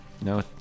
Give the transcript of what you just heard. no